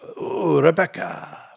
Rebecca